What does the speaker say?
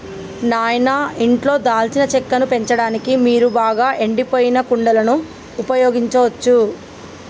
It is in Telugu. నాయిన ఇంట్లో దాల్చిన చెక్కను పెంచడానికి మీరు బాగా ఎండిపోయిన కుండలను ఉపయోగించచ్చు